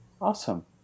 Awesome